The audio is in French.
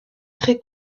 très